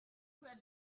where